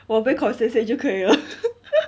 我被 compensate 就可以了